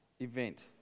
event